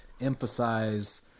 emphasize